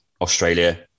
Australia